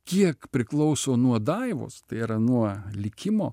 kiek priklauso nuo daivos tai yra nuo likimo